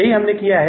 यही हमने किया है